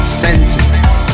senses